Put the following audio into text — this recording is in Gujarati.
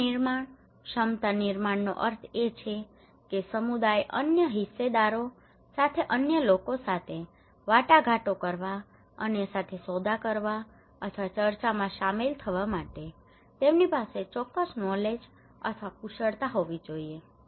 ક્ષમતા નિર્માણ ક્ષમતા નિર્માણનો અર્થ એ છે કે સમુદાય અન્ય હિસ્સેદારો સાથે અન્ય લોકો સાથે વાટાઘાટો કરવા અન્ય સાથે સોદા કરવા અથવા ચર્ચામાં શામેલ થવા માટે અથવા તેમની પાસે ચોક્કસ નોલેજ અથવા કુશળતા હોવી જોઈએ